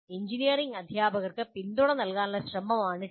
engineering അധ്യാപകർക്ക് പിന്തുണ നൽകാനുള്ള ശ്രമമാണ് TALE